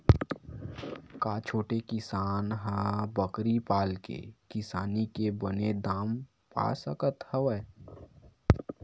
का छोटे किसान ह बकरी पाल के किसानी के बने दाम पा सकत हवय?